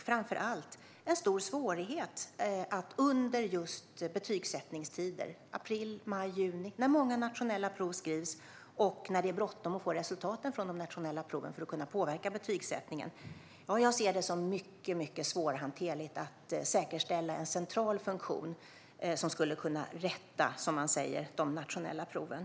Framför allt skulle det medföra stora svårigheter under just betygsättningstider - i april, maj och juni, när många nationella prov skrivs och det är bråttom att få resultaten från de nationella proven för att kunna påverka betygsättningen. Jag ser det som mycket svårhanterligt att säkerställa en central funktion som skulle kunna rätta, som man säger, de nationella proven.